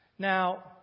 Now